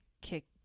kick